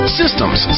systems